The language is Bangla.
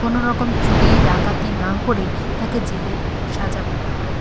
কোনো রকম চুরি ডাকাতি না করেই তাকে জেলের সাজা পেতে হয়